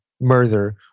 murder